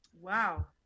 wow